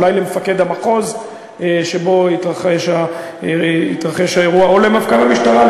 אולי למפקד המחוז שבו התרחש האירוע או למפכ"ל המשטרה,